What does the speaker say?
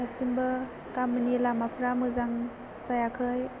दासिमबो गामिनि लामाफ्रा मोजां जायाखै